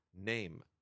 name